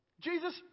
Jesus